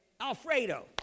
Alfredo